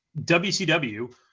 wcw